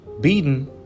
beaten